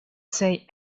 say